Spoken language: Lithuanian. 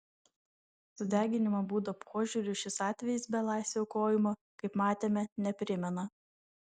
sudeginimo būdo požiūriu šis atvejis belaisvio aukojimo kaip matėme neprimena